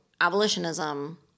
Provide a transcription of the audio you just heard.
abolitionism